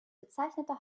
bezeichnete